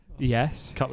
yes